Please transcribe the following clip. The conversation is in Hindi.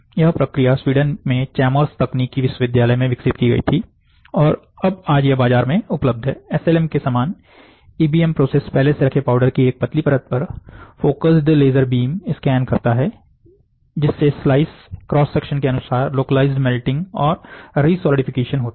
यह प्रक्रिया स्वीडन में चेमर्स तकनीकी विश्वविद्यालय में विकसित की गई थी और अब आज यह बाजार में उपलब्ध है एसएलएम के समान ईबीएम प्रोसेस पहले से रखे पाउडर की एक पतली परत पर फोकस्ड लेजर बीम स्कैन करता है जिससे स्लाइस क्रॉस सेक्शन के अनुसार लोकलाइज्ड मेल्टिंग और रीसॉलिडिफिकेशन होता है